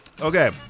Okay